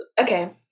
Okay